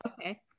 Okay